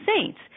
saints